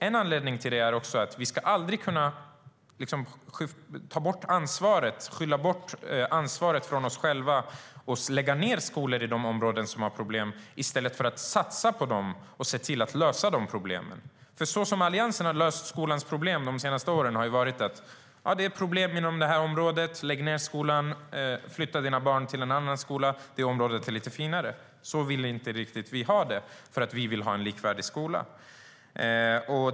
En anledning till det är att vi aldrig ska kunna flytta ansvaret från oss själva, skylla ifrån oss, genom att lägga ned skolor i de områden som har problem i stället för att satsa på dem och se till att lösa problemen. Alliansens sätt att lösa skolans problem de senaste åren har varit att om det varit problem i ett område har man lagt ned skolan och sagt till föräldrarna att de kan flytta sina barn till en annan skola, för det området är lite finare. Så vill inte vi ha det, utan vi vill ha en likvärdig skola.